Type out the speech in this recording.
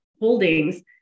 holdings